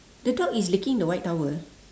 the dog is licking the white towel